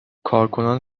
کارکنان